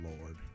Lord